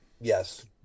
yes